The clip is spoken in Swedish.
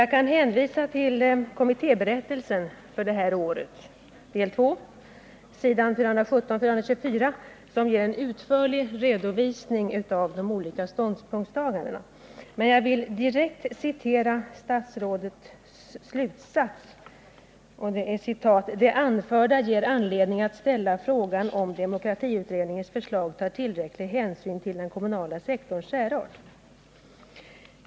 Jag kan hänvisa till kommittéberättelsen från i år del II s. 417-424, som ger en utförlig redovisning av de olika ståndpunktstagandena, men jag vill direkt citera statsrådets slutsats: ”Det anförda ger anledning att ställa frågan om demokratiutredningens förslag tar tillräcklig hänsyn till den kommunala sektorns särart.